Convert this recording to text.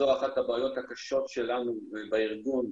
זו אחת הבעיות הקשות שלנו בארגון,